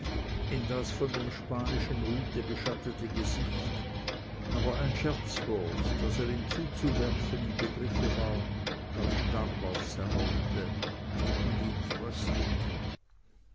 in das von dem spanischen hute beschattete gesicht aber ein scherzwort das er ihm zuzuwerfen im begriffe war erstarb auf seiner lippe und ihn fröstelte